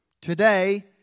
Today